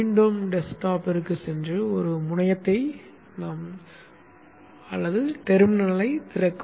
மீண்டும் டெஸ்க்டாப்பிற்குச் சென்று ஒரு முனையத்தைத் திறக்கவும்